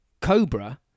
Cobra